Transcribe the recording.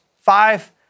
five